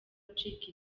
gucika